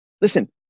Listen